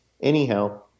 anyhow